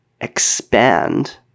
expand